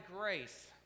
grace